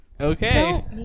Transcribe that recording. Okay